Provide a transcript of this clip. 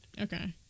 okay